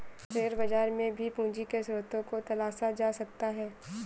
share बाजार में भी पूंजी के स्रोत को तलाशा जा सकता है